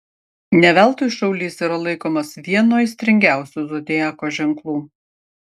ne veltui šaulys yra laikomas vienu aistringiausių zodiako ženklų